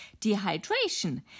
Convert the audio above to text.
dehydration